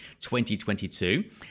2022